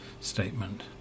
statement